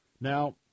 Now